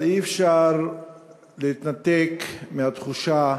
אבל אי-אפשר להתנתק מהתחושה